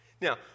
Now